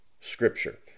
Scripture